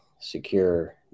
secure